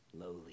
lowly